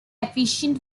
efficient